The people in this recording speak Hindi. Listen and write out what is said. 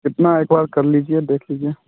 कितना एक बार कर लीजिए देख लीजिए